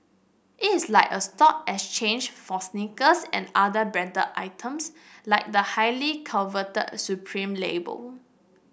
it is like a stock exchange for Sneakers and other branded items like the highly coveted Supreme label